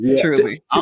Truly